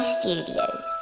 Studios